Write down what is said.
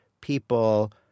people